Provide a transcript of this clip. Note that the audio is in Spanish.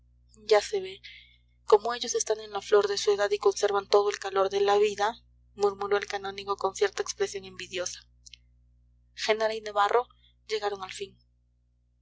ya se ve como ellos están en la flor de su edad y conservan todo el calor de la vida murmuró el canónigo con cierta expresión envidiosa genara y navarro llegaron al fin